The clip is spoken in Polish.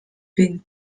kpin